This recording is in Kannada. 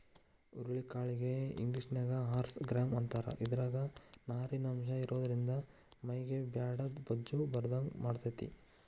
ಹುರುಳಿ ಕಾಳಿಗೆ ಇಂಗ್ಲೇಷನ್ಯಾಗ ಹಾರ್ಸ್ ಗ್ರಾಂ ಅಂತಾರ, ಇದ್ರಾಗ ನಾರಿನಂಶ ಇರೋದ್ರಿಂದ ಮೈಗೆ ಬ್ಯಾಡಾದ ಬೊಜ್ಜ ಬರದಂಗ ಮಾಡ್ತೆತಿ